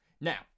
Now